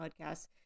podcasts